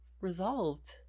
resolved